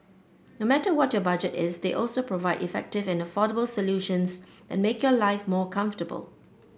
no matter what your budget is they also provide effective and affordable solutions that make your life more comfortable